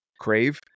crave